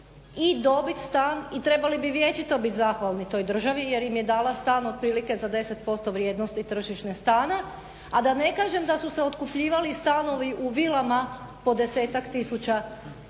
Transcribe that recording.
i dobiti stan. I trebali bi vječito biti zahvalni toj državi jer im je dala stan otprilike za 10% vrijednosti tržišta stana, a da ne kažem da su se otkupljivali stanovi u vilama po desetak tisuća